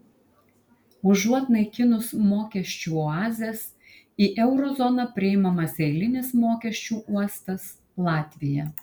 užuot naikinus mokesčių oazes į euro zoną priimamas eilinis mokesčių uostas latvija